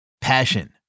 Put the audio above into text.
Passion